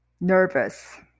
nervous